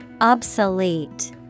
Obsolete